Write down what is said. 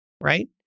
right